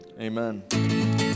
amen